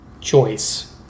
choice